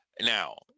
Now